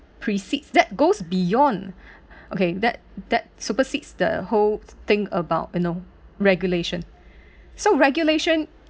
precedes that goes beyond okay that that supersedes the whole thing about you know regulation so regulation